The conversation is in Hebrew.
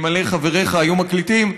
אלמלא חבריך היו מקליטים,